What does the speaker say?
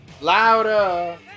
Louder